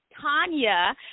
Tanya